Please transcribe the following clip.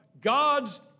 God's